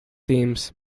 themes